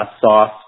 sauce